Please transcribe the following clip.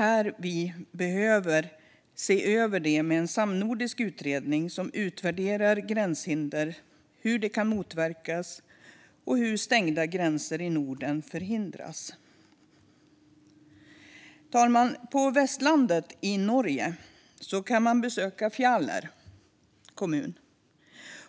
Det här behöver ses över genom en samnordisk utredning som utvärderar hur gränshinder kan motverkas och hur stängda gränser i Norden kan förhindras. Fru talman! På Vestlandet i Norge kan man besöka Fjaler kommun,